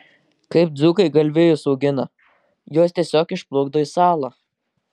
kaip dzūkai galvijus augina juos tiesiog išplukdo į salą